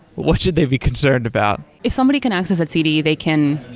what should they be concerned about? if somebody can access etcd, they can